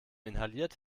inhaliert